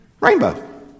Rainbow